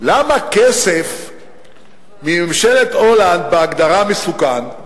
למה כסף מממשלת הולנד בהגדרה מסוכן,